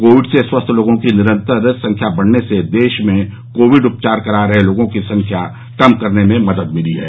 Covid से स्वस्थ लोगों की संख्या निरतर बढ़ने से देश में कोविड उपचार करा रहे लोगों की संख्या कम करने में मदद मिली है